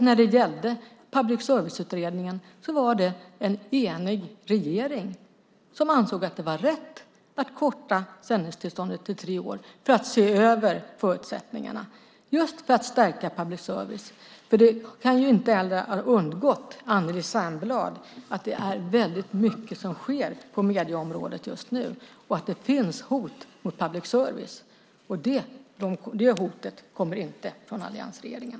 När det gällde Public service-utredningen var det en enig regering som ansåg att det var rätt att korta sändningstillståndet till tre år för att man skulle se över förutsättningarna, just för att stärka public service. Det kan inte ha undgått Anneli Särnblad att det är väldigt mycket som sker på medieområdet just nu och att det finns hot mot public service. Och det hotet kommer inte från alliansregeringen.